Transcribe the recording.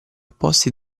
opposti